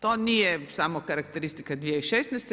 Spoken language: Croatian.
To nije samo karakteristika 2016.